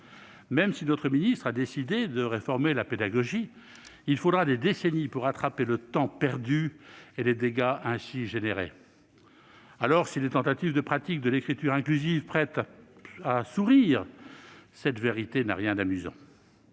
Même si notre ministre a décidé de réformer la pédagogie, il faudra des décennies pour rattraper le temps perdu et les dégâts occasionnés. Si les tentatives de pratique de l'écriture inclusive prêtent à sourire, cette vérité n'a rien d'amusant.